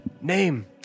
Name